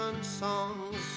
songs